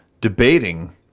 debating